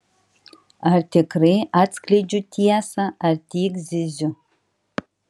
ar tikrai atskleidžiu tiesą ar tik zyziu